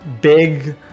big